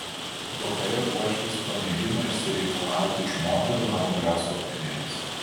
vakare uošvis pamėgino išsireikalauti iš moterų normalios vakarienės